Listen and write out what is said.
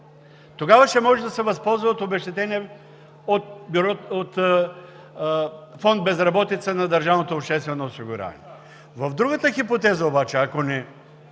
тогава ще може да се възползва от обезщетение от фонд „Безработица“ на държавното обществено осигуряване. В другата хипотеза обаче, ако не